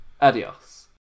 Adios